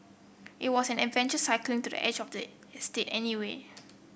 it was an adventure cycling to the edge of the estate anyway